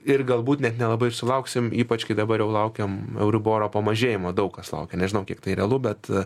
ir galbūt net nelabai ir sulauksim ypač kai dabar jau laukiam euriboro pamažėjimo daug kas laukia nežinau kiek tai realu bet